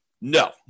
No